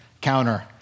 counter